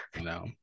No